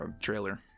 trailer